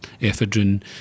ephedrine